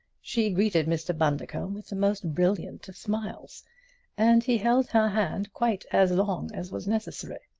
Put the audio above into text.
she greeted mr. bundercombe with the most brilliant of smiles and he held her hand quite as long as was necessary.